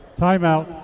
timeout